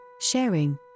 sharing